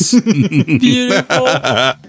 beautiful